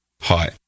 Hi